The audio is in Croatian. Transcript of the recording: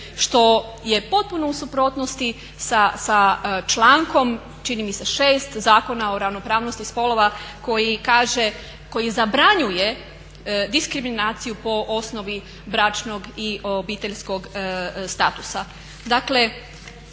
što je potpuno u suprotnosti sa člankom, čini mi se 6. Zakona o ravnopravnosti spolova koji kaže, koji zabranjuje diskriminaciju po osnovi bračnog i obiteljskog statusa.